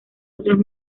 otros